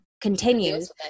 continues